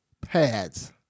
pads